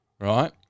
right